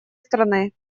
страны